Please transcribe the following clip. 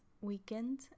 weekend